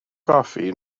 goffi